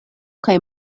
kaj